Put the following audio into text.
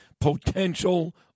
potential